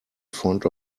front